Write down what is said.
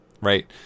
Right